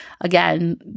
again